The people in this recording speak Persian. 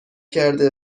کرده